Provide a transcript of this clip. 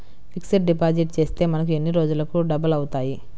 Fixed deposit చేస్తే మనకు ఎన్ని రోజులకు డబల్ అవుతాయి?